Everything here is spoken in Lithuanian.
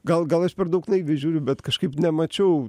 gal gal aš per daug naiviai žiūriu bet kažkaip nemačiau